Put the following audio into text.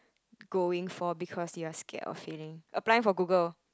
going for because you are scared of failing applying for Google